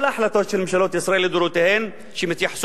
כל ההחלטות של ממשלות ישראל לדורותיהן שמתייחסות